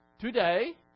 Today